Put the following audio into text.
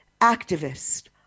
activist